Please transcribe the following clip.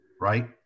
right